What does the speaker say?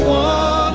one